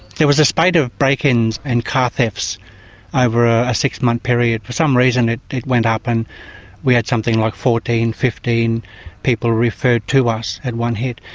there was a spate of break-ins and car thefts over a six-month period. for some reason it it went up and we had something like fourteen, fifteen people referred to us at one hit.